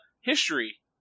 history